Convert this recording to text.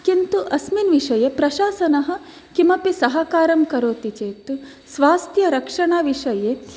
किन्तु अस्मिन् विषये प्रशासनः किमपि सहकारं करोति चेत् स्वास्थ्यरक्षणविषये